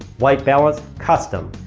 white balance. custom.